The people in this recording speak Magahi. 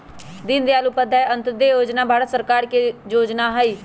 दीनदयाल उपाध्याय अंत्योदय जोजना भारत सरकार के जोजना हइ